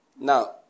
Now